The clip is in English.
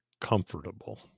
comfortable